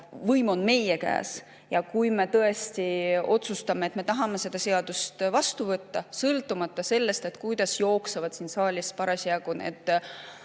võim on meie käes, ja kui me tõesti otsustame, et me tahame selle seaduse vastu võtta, siis sõltumata sellest, kuidas jooksevad siin saalis parasjagu